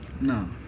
No